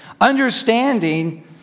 understanding